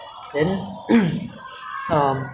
as as long as humans keep on eating these kind of animals right